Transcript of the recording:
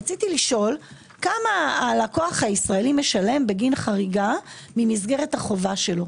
שאלתי כמה הלקוח הישראלי משלם בגין חריגה ממסגרת החובה שלנו.